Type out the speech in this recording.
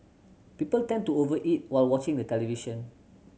people tend to over eat while watching the television